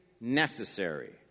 necessary